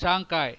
Shanghai